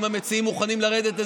האם המציעים מוכנים לרדת?